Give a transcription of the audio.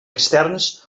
externs